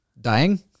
Dying